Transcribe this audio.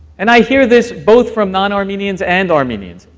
and i hear this both from non-armenians and armenians,